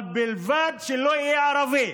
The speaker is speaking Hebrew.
בלבד שאינו ערבי,